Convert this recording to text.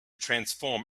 transform